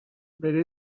bere